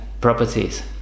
properties